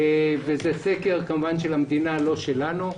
זה סקר של המדינה ולא שלנו.